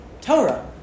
torah